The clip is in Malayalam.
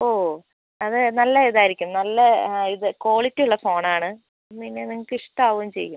ഓ അത് നല്ല ഇതായിരിക്കും നല്ല ഇത് ക്വാളിറ്റി ഉള്ള ഫോൺ ആണ് പിന്നെ നിങ്ങൾക്ക് ഇഷ്ടം ആവുകയും ചെയ്യും